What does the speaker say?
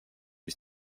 mis